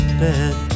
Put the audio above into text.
bed